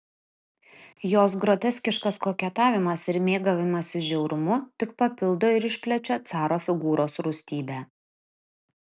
jos groteskiškas koketavimas ir mėgavimasis žiaurumu tik papildo ir išplečia caro figūros rūstybę